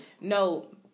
No